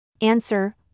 Answer